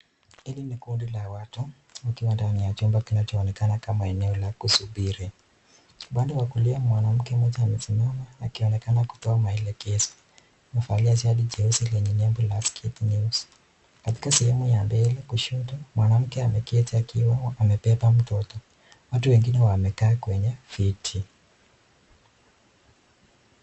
Hili ni kundi la watu wakiwa ndani ya chumba kinachoonekana kama eneo la kusibiri, upande wa kulia mwanamke mmoja amesimama akionekana kutoa maelekezo, amevalia shati jeusi lenye nembo na sketi nyeusi, katika sehemu ya mbele kushoto, mwanamke ameketi akiwa amebeba mtoto. Watu wengine wamekaa kwenye viti.